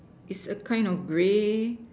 is a kind of grey